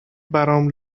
برام